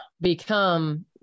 become